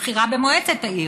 ובחירה במועצת העיר.